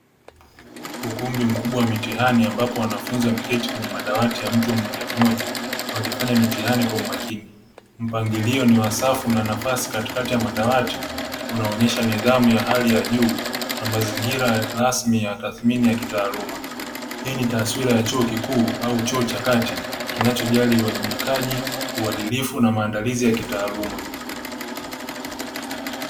Ukumbi mkubwa wa mitihani ambapo wanafunzi wameketi kwenye madawati ya mtu mmoja mmoja wakifanya mtihani kwa umakini. Mpangilio ni wa safu na una nafasi katikati ya dawati, unaonyesha nidhamu ya hali ya juu na mazingira rasmi ya tathmini ya kitaaluma. Hii ni taswira ya chuo kikuu au chuo cha kati kinachojali uwajibikaji, uwadilifu na maandalizi ya kitaaluma.